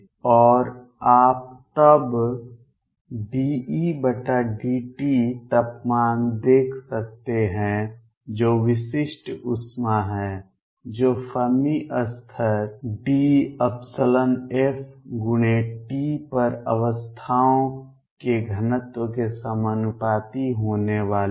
और आप तब dEdT तापमान देख सकते हैं जो विशिष्ट ऊष्मा है जो Fermi स्तर DF×T पर अवस्थाओं के घनत्व के समानुपाती होने वाली है